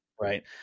right